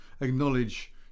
acknowledge